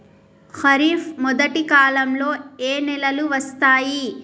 ఖరీఫ్ మొదటి కాలంలో ఏ నెలలు వస్తాయి?